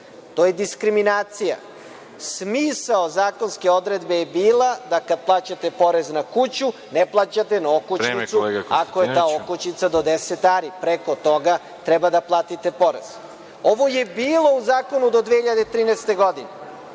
Konstantinović** Smisao zakonske odredbe je bila da kada plaćate porez na kuću, ne plaćate na okućnicu ako je ta okućnica do 10 ari. Preko toga treba da platite porez. Ovo je bilo u zakonu do 2013. godine.